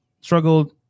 Struggled